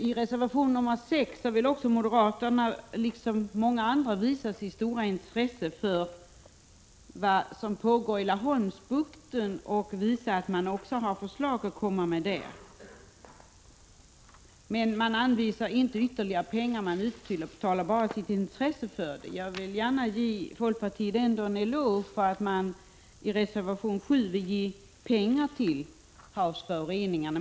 I reservation 6 vill moderaterna, liksom många andra, visa sitt stora intresse för vad som pågår i Laholmsbukten och att man har förslag att komma med. Men man anvisar inte ytterligare pengar. Man uttalar bara sitt intresse för detta. Jag vill gärna ge folkpartiet en eloge för att man i reservation 7 vill ge pengar till insatser mot havsföroreningarna.